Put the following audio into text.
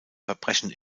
verbrechen